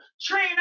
train